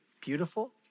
beautiful